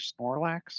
Snorlax